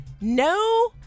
no